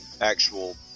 actual